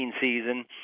season